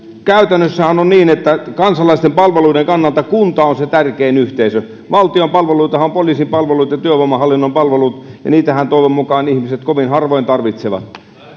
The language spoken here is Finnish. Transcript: käytännössähän on niin että kansalaisten palveluiden kannalta kunta on se tärkein yhteisö valtion palveluitahan ovat poliisipalvelut ja työvoimahallinnon palvelut ja niitähän toivon mukaan ihmiset kovin harvoin tarvitsevat